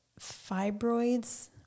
fibroids